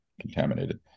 contaminated